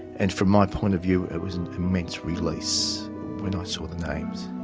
and from my point of view it was an immense release when i saw the names.